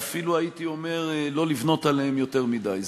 ואפילו הייתי אומר לא לבנות עליהם יותר מדי.